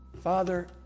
Father